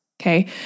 Okay